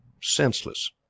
senseless